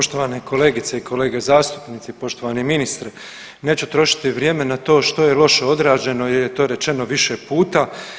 Poštovane kolegice i kolege zastupnici, poštovani ministre neću trošiti vrijeme na to što je loše odrađeno jer je to rečeno više puta.